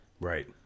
Right